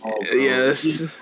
yes